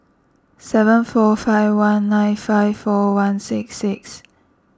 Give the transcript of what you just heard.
seven four five one nine five four one six six